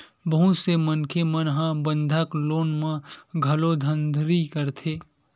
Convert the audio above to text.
बहुत से मनखे मन ह बंधक लोन म घलो धांधली करथे